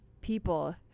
people